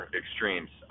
extremes